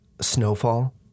snowfall